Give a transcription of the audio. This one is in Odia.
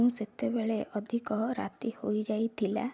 ମୁଁ ସେତେବେଳେ ଅଧିକ ରାତି ହୋଇଯାଇଥିଲା